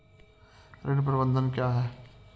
ऋण प्रबंधन क्या है?